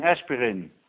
aspirin